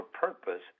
purpose